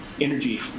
energy